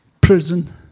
prison